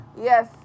yes